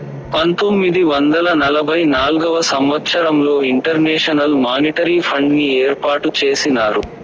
పంతొమ్మిది వందల నలభై నాల్గవ సంవచ్చరంలో ఇంటర్నేషనల్ మానిటరీ ఫండ్ని ఏర్పాటు చేసినారు